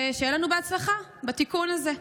ושיהיה לנו בהצלחה בתיקון הזה.